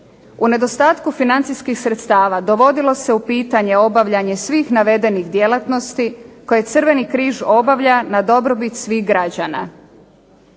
U nedostatku financijskih sredstava dovodilo se u pitanje obavljanje svih navedenih djelatnosti koje Crveni križ obavlja na dobrobit svih građana.